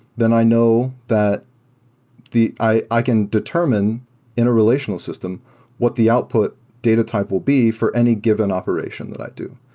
then i know that i i can determine in a relational system what the output data type will be for any given operation that i do.